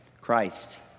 Christ